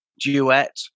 duet